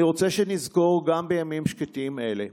אני רוצה שנזכור גם בימים שקטים אלה,